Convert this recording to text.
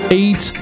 eight